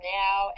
now